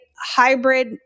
Hybrid